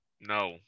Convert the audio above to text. No